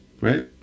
Right